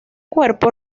cuerpo